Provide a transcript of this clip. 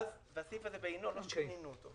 והסעיף הזה בעינו, לא שינינו אותו.